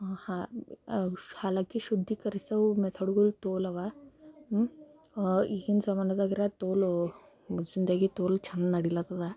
ಹಾ ಹಾಲಾಕಿ ಶುದ್ಧೀಕರಿಸವು ಮೆಥಡ್ಗಳು ತೋಲ್ ಅವಾ ಈಗಿನ ಜಮಾನದಾಗ್ಯರ ತೋಲು ಜಿಂದಗಿ ತೋಲ್ ಚೆಂದ ನಡೀಲತ್ತದ